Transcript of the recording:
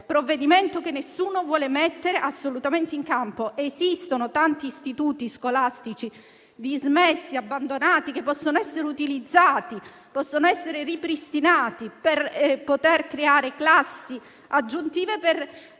provvedimento che nessuno vuole mettere in campo. Esistono tanti istituti scolastici dismessi, abbandonati, che possono essere utilizzati o ripristinati per poter creare classi aggiuntive, per